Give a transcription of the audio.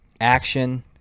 action